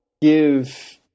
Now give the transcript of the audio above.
give